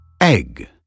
egg